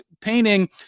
painting